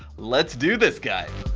let's do this guide!